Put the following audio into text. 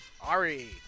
Ari